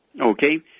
Okay